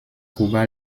kuba